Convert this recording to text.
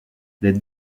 les